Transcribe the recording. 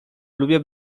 lubię